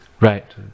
Right